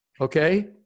Okay